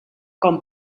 com